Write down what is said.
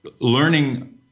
learning